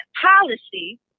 policy